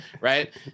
Right